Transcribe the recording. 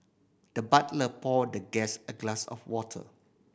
the butler poured the guest a glass of water